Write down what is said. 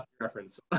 reference